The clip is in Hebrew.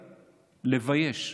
לבייש,